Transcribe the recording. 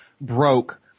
broke